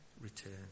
return